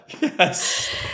Yes